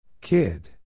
Kid